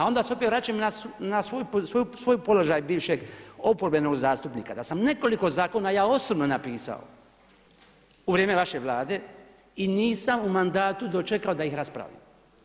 A onda se opet vraćam na svoj položaj bivšeg oprobanog zastupnika, da sam nekoliko zakona ja osobno napisao u vrijeme vaše vlade i nisam u mandatu dočekao da ih raspravimo.